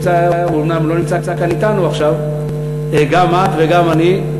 שאומנם לא נמצא כאן אתנו עכשיו, גם את וגם אני.